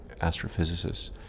astrophysicists